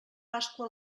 pasqua